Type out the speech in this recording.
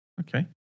Okay